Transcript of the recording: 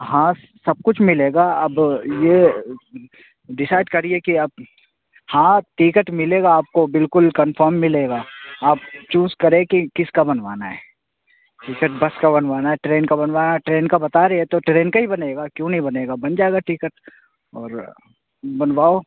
ہاں سب کچھ ملے گا اب یہ ڈسائڈ کریے کہ اب ہاں ٹکٹ ملے گا آپ کو بالکل کنفرم ملے گا آپ چوز کریں کہ کس کا بنوانا ہے ٹکٹ بس کا بنوانا ہے ٹرین کا بنوانا ٹرین کا بتا رہی ہے تو ٹرین کا ہی بنے گا کیوں نہیں بنے گا بن جائے گا ٹکٹ اور بنواؤ